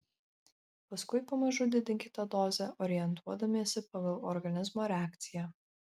paskui pamažu didinkite dozę orientuodamiesi pagal organizmo reakciją